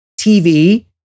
TV